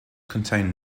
contain